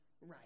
right